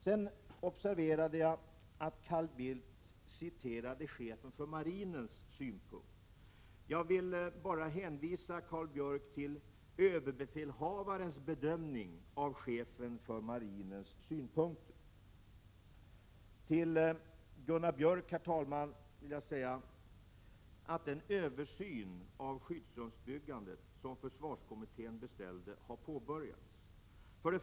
Sedan observerade jag att Carl Bildt citerade chefens för marinen synpunkter. Jag vill bara hänvisa Carl Bildt till överbefälhavarens bedömning av chefens för marinen synpunkter. Herr talman! Till Gunnar Björk vill jag säga att den översyn av skyddsrumsbyggandet som försvarskommittén beställde har påbörjats.